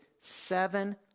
seven